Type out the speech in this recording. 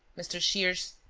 mr. shears,